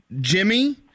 Jimmy